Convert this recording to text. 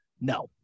No